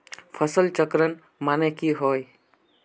फसल चक्रण माने की होय?